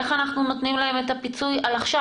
איך אנחנו נותנים להם פיצוי על עכשיו?